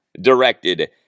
directed